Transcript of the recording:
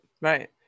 right